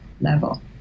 level